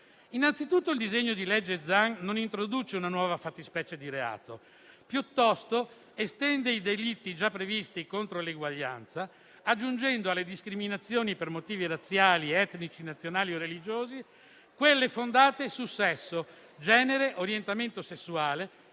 Innanzitutto il disegno di legge Zan non introduce una nuova fattispecie di reato, piuttosto estende i delitti già previsti contro l'eguaglianza, aggiungendo alle discriminazioni per motivi razziali, etnici, nazionali o religiosi quelle fondate su sesso, genere, orientamento sessuale,